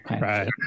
Right